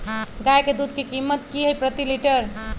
गाय के दूध के कीमत की हई प्रति लिटर?